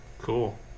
Cool